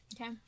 Okay